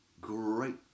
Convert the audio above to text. great